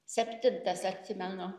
septintas atsimenu